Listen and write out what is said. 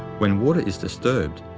when water is disturbed,